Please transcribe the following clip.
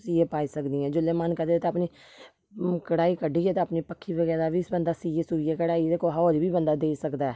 सीऐ पाई सकदी आं जिल्लै मन करै ते अपनी कढाई कड्ढियै ते अपनी पक्खी बगैरा बी बंदा सीऐ सूइयै कढाई ते कुसै होर गी बी बंदा देई सकदा ऐ